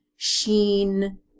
sheen